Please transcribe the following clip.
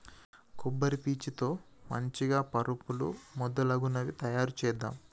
కొబ్బరి పీచు తో మంచిగ పరుపులు మొదలగునవి తాయారు చేద్దాం